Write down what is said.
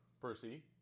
Percy